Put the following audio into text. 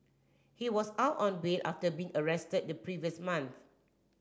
he was out on bail after being arrested the previous month